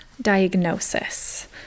diagnosis